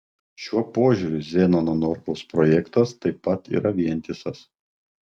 šiuo požiūriu zenono norkaus projektas taip pat yra vientisas